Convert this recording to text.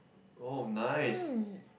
oh nice